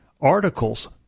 articles